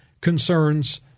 concerns